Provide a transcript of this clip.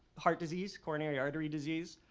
heart disease, coronary artery disease,